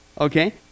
Okay